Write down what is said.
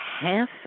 half